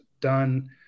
done